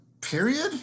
Period